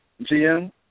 GM